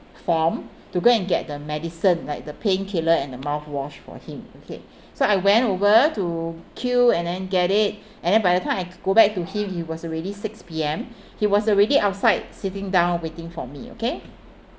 form to go and get the medicine like the painkiller and the mouthwash for him okay so I went over to queue and then get it and then by the time I go back to him it was already six P_M he was already outside sitting down waiting for me okay